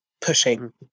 pushing